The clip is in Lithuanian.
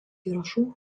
įrašų